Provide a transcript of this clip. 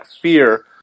fear